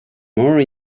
more